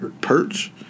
Perch